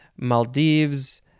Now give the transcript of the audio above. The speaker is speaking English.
Maldives